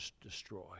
destroy